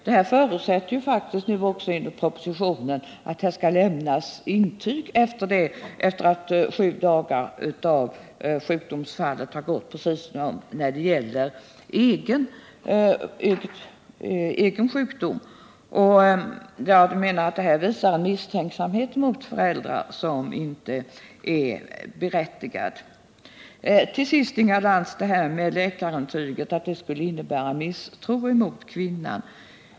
Denna rätt förutsätter enligt propositionen att det skall lämnas intyg efter sju dagars sjukdom, precis som när det gäller egen sjukdom. Detta visar en misstänksamhet mot föräldrar som inte är berättigad. Till sist vill jag vända mig till Inga Lantz, som ansåg att läkarintyget skulle innebära misstro mot kvinnan.